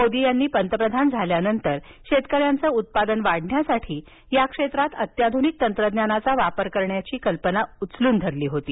मोदी यांनी पाताप्रधान झाल्यानंतर शेतकऱ्यांचं उत्पादन वाढण्यासाठी या क्षेत्रात अत्याधुनिक तंत्रज्ञानाचा वापर करण्याची कल्पना उचलून धरली होती